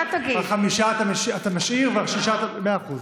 על חמישה אתה משאיר ועל שישה אתה, מאה אחוז.